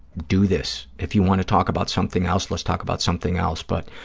do this. if you want to talk about something else, let's talk about something else, but,